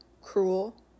cruel